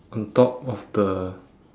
on top of the